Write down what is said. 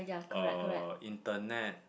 uh internet